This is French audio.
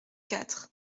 quatre